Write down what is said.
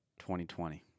2020